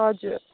हजुर